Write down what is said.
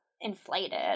inflated